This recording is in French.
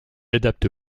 adapte